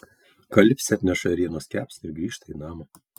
kalipsė atneša ėrienos kepsnį ir grįžta į namą